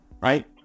right